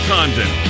Condon